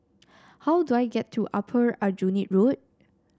how do I get to Upper Aljunied Road